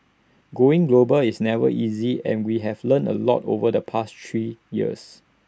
going global is never easy and we have learned A lot over the past three years